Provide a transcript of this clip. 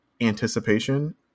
anticipation